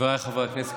חבריי חברי הכנסת.